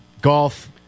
golf